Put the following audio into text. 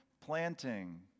planting